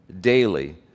daily